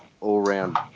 all-round